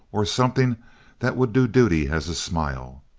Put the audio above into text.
or something that would do duty as a smile.